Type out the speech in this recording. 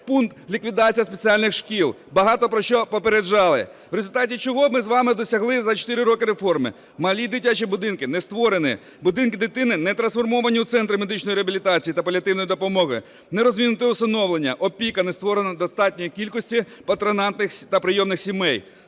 пункт "Ліквідація спеціальних шкіл", багато про що попереджали. В результаті, чого ми з вами досягли за чотири роки реформи? Малі дитячі будинки не створені, будинки дитини не трансформовані у центри медичної реабілітації та паліативної допомоги. Не розвинуте усиновлення, опіка, не створено достатньої кількості патронатних та прийомних сімей.